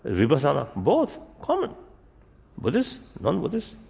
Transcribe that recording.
vipassana both common buddhist, non-buddhist.